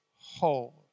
whole